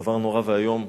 זה דבר נורא ואיום.